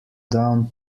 down